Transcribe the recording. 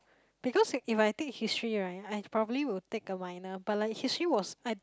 because if if I take history right I'd probably would take a minor but like history was I